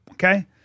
Okay